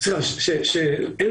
היא שאין